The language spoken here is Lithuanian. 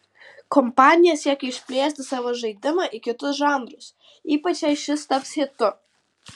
kompanija siekia išplėsti savo žaidimą į kitus žanrus ypač jei šis taps hitu